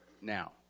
now